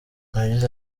yagize